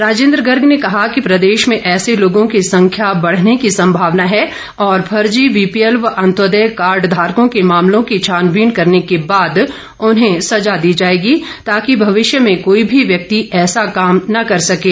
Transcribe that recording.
राजेंद्र गर्ग ने कहा कि प्रदेश में ऐसे लोगों की संख्या बढ़ने की संभावना है और फर्जी बीपीएल व अंत्योदय कार्ड धारकों के मामलों की छानबीन करने के बाद उन्हें सजा दी जाएगी ताकि भविष्य में कोई भी व्यक्ति ऐसा काम न कर सकें